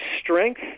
strength